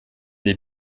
les